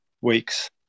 weeks